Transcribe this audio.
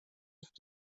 ist